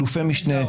אלופי משנה,